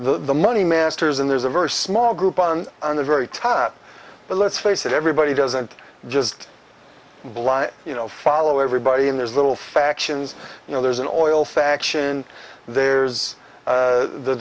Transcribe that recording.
the money masters and there's a verse small group on on the very top but let's face it everybody doesn't just blind you know follow everybody in there's little factions you know there's an oil faction there's